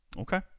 Okay